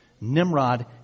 Nimrod